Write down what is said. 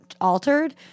altered